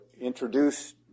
introduce